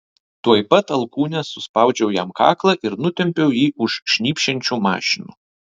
tuoj pat alkūne suspaudžiau jam kaklą ir nutempiau jį už šnypščiančių mašinų